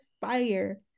fire